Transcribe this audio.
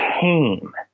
came